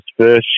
fish